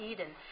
Eden